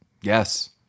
Yes